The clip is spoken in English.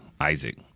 Isaac